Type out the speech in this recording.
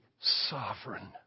sovereign